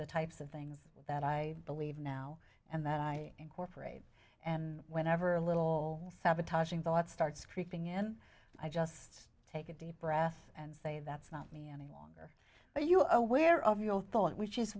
the types of things that i believe now and that i incorporate and whenever a little sabotaging thoughts starts creeping in i just take a deep breath and say that's not me any but you are aware of your thought which is